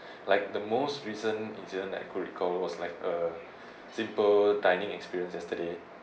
like the most recent incident that I could recall it was like a zipper dining experience yesterday